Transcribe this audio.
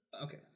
Okay